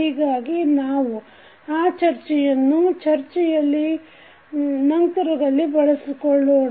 ಹೀಗಾಗಿ ನಾವು ಆ ಚರ್ಚೆಯನ್ನು ಚರ್ಚೆಯನ್ನು ಇಲ್ಲಿ ಬಳಸಿಕೊಳ್ಳೋಣ